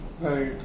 Right